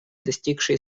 достигшие